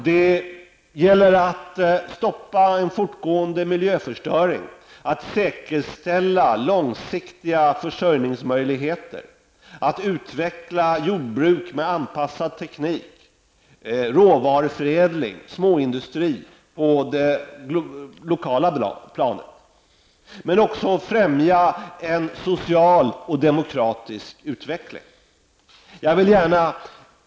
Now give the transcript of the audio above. Det gäller att stoppa en fortgående miljöförstörning, att säkerställa långsiktiga försörjningsmöjligheter, att utveckla jordbruk med anpassad teknik samt att utveckla råvaruförädling och småindustri på det lokala planet. Dessutom gäller det att också främja en social och demokratisk utveckling.